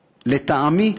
לטעמי,